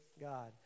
God